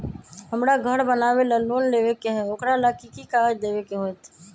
हमरा घर बनाबे ला लोन लेबे के है, ओकरा ला कि कि काग़ज देबे के होयत?